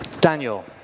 Daniel